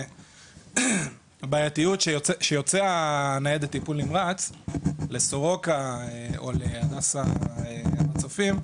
הבעייתיות כשיוצא ניידת טיפול נמרץ לסורוקה או להדסה הר הצופים,